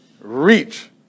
Reach